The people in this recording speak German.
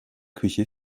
küche